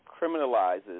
criminalizes